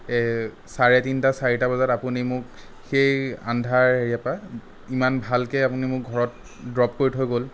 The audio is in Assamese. এই চাৰে তিনটা চাৰিটা বজাত আপুনি মোক সেই আন্ধাৰ এৰিয়াৰ পৰা ইমান ভালকে আপুনি মোক ঘৰত ড্ৰপ কৰি থৈ গ'ল